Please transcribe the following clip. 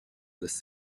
lässt